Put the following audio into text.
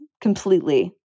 completely